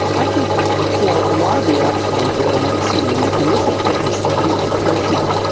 i think for a lot of the actual variants in the initial phase they'll be nutritional,